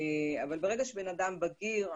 אבל ברגע שבן אדם בגיר,